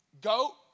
go